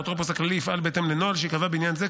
האפוטרופוס הכללי יפעל בהתאם לנוהל שייקבע בעניין זה,